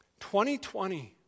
2020